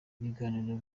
ibiganiro